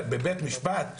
בבית משפט.